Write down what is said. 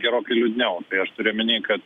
gerokai liūdniau tai aš turiu omeny kad